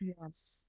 Yes